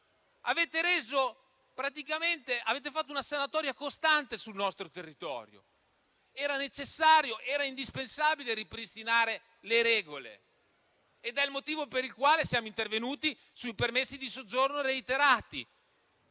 avete fatto una sanatoria costante sul nostro territorio. Era necessario, dunque, era indispensabile ripristinare le regole. Ed è il motivo per il quale siamo intervenuti sui permessi di soggiorno reiterati,